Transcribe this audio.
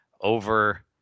over